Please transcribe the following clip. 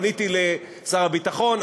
פניתי לשר הביטחון,